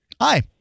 Hi